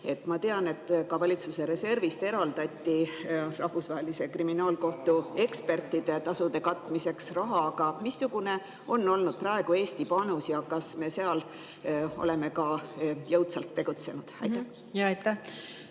Ma tean, et ka valitsuse reservist eraldati Rahvusvahelise Kriminaalkohtu ekspertide tasude katmiseks raha. Aga missugune on olnud praegu Eesti panus ja kas me oleme ka seal jõudsalt tegutsenud? Austatud